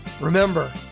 Remember